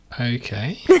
Okay